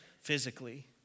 physically